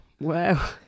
Wow